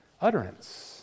utterance